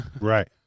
Right